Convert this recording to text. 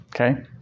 okay